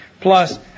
Plus